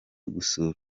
gusura